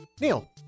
Neil